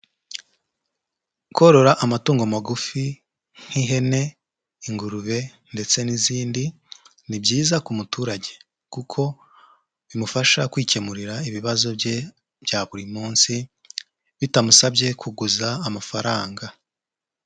Korora amatungo magufi nk'ihene, ingurube ndetse n'izindi, ni byiza ku muturage kuko bimufasha kwikemurira ibibazo bye bya buri munsi, bitamusabye kuguza amafaranga.